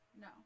No